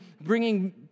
bringing